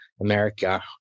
America